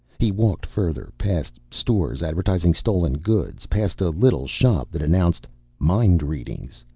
he walked further, past stores advertising stolen goods, past a little shop that announced mind reading!